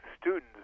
students